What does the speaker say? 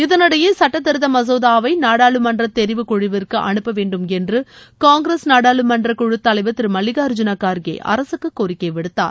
இதனிடையே இச்சுட்டத் திருத்த மசோதாவை நாடாளுமன்ற தெரிவு குழுவிற்கு அனுப்ப வேண்டும் என்று காங்கிரஸ் நாடாளுமன்ற குழு தலைவர் திரு மல்விகார்ஜூன கார்கே அரசுக்கு கோரிக்கை விடுத்தார்